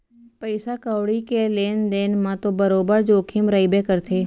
पइसा कउड़ी के लेन देन म तो बरोबर जोखिम रइबे करथे